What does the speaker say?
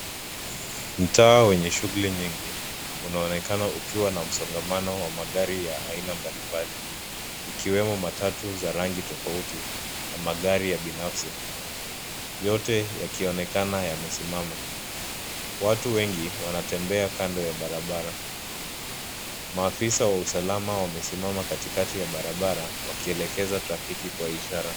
Mtaa wenye shughuli nyingi unaonekana ukiwa na msongamano wa magari ya aina mbali mbali, ikiwemo matatu za rangi tofauti na magari ya binafsi yote yakionekana yamesimama. Watu wengi wanatembea kando ya barabara. Maafisa wa usalama wamesimama katikati ya barabara wakielekeza trafiki kwa ishara.